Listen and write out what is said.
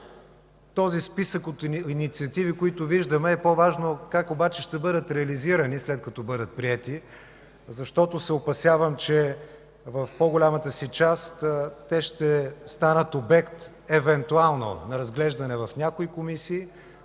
този списък с инициативи, който виждаме, е по-важно как обаче ще бъдат реализирани, след като бъдат приети. Опасявам се, че в по-голямата си част те ще станат обект евентуално на разглеждане в някои комисии,